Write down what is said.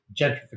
gentrification